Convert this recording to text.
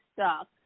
stuck